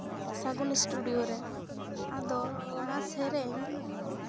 ᱥᱟᱹᱜᱩᱱ ᱤᱥᱴᱩᱰᱤᱭᱳ ᱨᱮ ᱟᱫᱚ ᱚᱱᱟ ᱥᱮᱨᱮᱧ